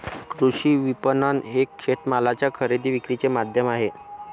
कृषी विपणन हे शेतमालाच्या खरेदी विक्रीचे माध्यम आहे